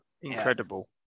Incredible